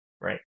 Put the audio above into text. Right